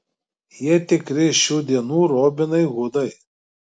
jie tikri šių dienų robinai hudai